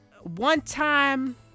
one-time